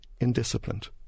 indisciplined